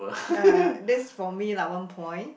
uh that's for me lah one point